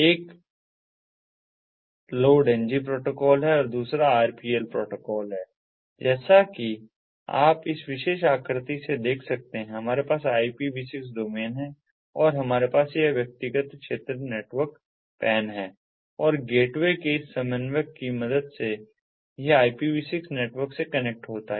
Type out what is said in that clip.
एक LOADng protocol है और दूसरा RPL प्रोटोकॉल है और जैसा कि आप इस विशेष आकृति से देख सकते हैं हमारे पास यह IPV6 डोमेन है और हमारे पास यह व्यक्तिगत क्षेत्र नेटवर्क PAN है और गेटवे के इस समन्वयक की मदद से यह IPV6 नेटवर्क से कनेक्ट होता है